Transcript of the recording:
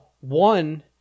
one